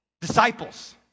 Disciples